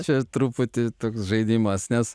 čia truputį toks žaidimas nes